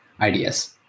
ideas